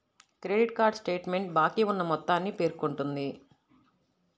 credit card statement బాకీ ఉన్న మొత్తాన్ని పేర్కొంటుంది